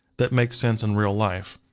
that makes sense in real life.